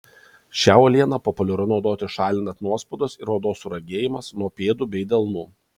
šią uolieną populiaru naudoti šalinant nuospaudas ir odos suragėjimas nuo pėdų bei delnų